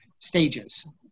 stages